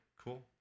cool